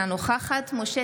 אינה נוכחת משה